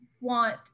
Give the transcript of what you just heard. want